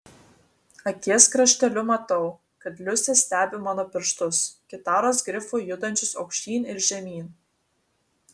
akies krašteliu matau kad liusė stebi mano pirštus gitaros grifu judančius aukštyn ir žemyn